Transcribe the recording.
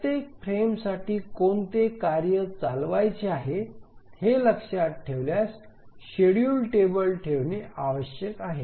प्रत्येक फ्रेमसाठी कोणते कार्य चालवायचे आहे हे लक्षात ठेवल्यास शेड्यूल टेबल ठेवणे आवश्यक आहे